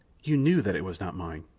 you knew that it was not mine.